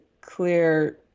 clear